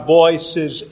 voices